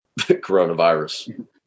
coronavirus